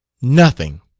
nothing!